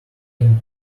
can